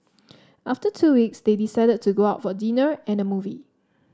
after two weeks they decided to go out for dinner and a movie